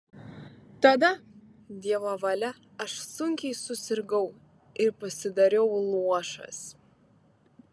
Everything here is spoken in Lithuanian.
tada dievo valia aš sunkiai susirgau ir pasidariau luošas